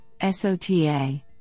SOTA